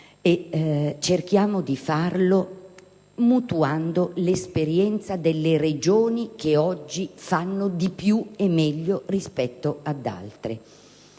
e cerchiamo di farlo mutuando le esperienze delle Regioni che oggi fanno di più e meglio rispetto ad altre.